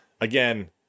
again